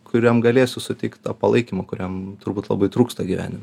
kuriam galėsiu suteikt tą palaikymą kuriam turbūt labai trūksta gyvenime